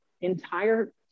entire